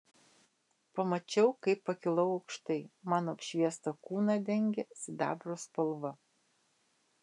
pamačiau kaip pakilau aukštai mano apšviestą kūną dengė sidabro spalva